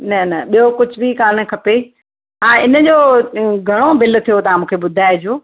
न न ॿियो कुझु बि कान खपे हा इन जो घणो बिल थियो तव्हां मूंखे ॿुधाइजो